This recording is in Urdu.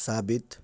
ثابت